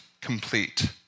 complete